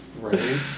Right